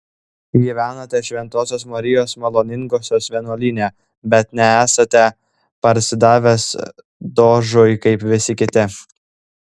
gyvenate šventosios marijos maloningosios vienuolyne bet nesate parsidavęs dožui kaip visi kiti